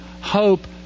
hope